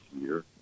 year